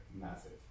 massive